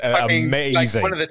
amazing